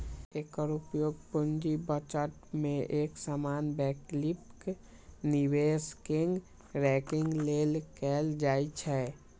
एकर उपयोग पूंजी बजट मे एक समान वैकल्पिक निवेश कें रैंकिंग लेल कैल जाइ छै